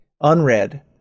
unread